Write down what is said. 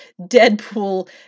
Deadpool